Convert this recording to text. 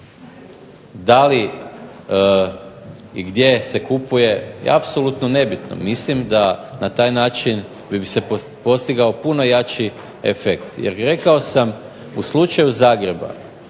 da li i gdje se kupuje je apsolutno nebitno. Mislim da bi se na taj način postigao puno jači efekt. Jer rekao sam u slučaju Zagreba